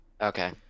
Okay